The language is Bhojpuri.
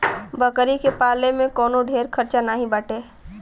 बकरी के पाले में कवनो ढेर खर्चा नाही बाटे